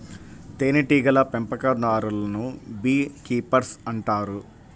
తేనెటీగల పెంపకందారులను bee keepers అంటారు